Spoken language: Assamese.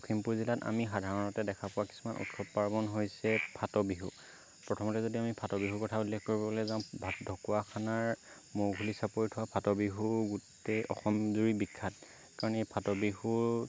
লখিমপুৰ জিলাত আমি সাধাৰণতে দেখা পোৱা কিছুমান উৎসৱ পাৰ্বণ হৈছে ফাট বিহু প্ৰথমতে যদি আমি ফাট বিহুৰ কথা উল্লেখ কৰিবলৈ যাওঁ ঢকুৱাখানাৰ মৌঘুলি চাপৰিত হোৱা ফাট বিহু গোটেই অসম জুৰি বিখ্যাত কাৰণ এই ফাট বিহু